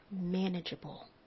manageable